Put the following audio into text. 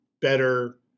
better